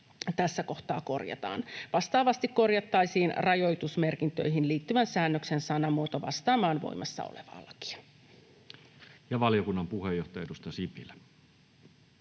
tässä kohtaa korjataan. Vastaavasti korjattaisiin rajoitusmerkintöihin liittyvän säännöksen sanamuoto vastaamaan voimassa olevaa lakia. [Speech 138] Speaker: